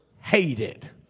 hated